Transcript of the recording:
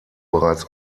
bereits